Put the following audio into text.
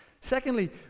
Secondly